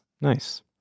Nice